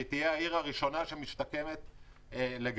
היא תהיה העיר הראשונה שתשתקם לגמרי.